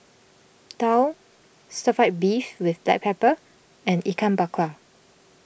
Daal Stir Fry Beef with Black Pepper and Ikan Bakar